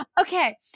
Okay